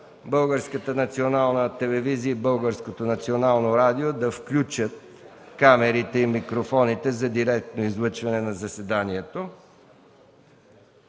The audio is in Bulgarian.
Българската национална телевизия и Българското национално радио да включат камерите и микрофоните за директно излъчване на заседанието.